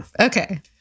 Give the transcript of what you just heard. Okay